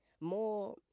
more